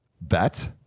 bet